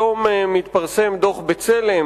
היום מתפרסם דוח "בצלם",